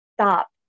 stop